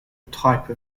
type